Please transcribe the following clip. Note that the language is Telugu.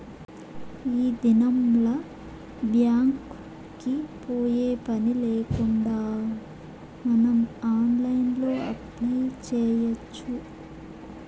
ఈ దినంల్ల బ్యాంక్ కి పోయే పనిలేకుండా మనం ఆన్లైన్లో అప్లై చేయచ్చు